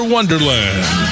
Wonderland